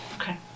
Okay